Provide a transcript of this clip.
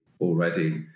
already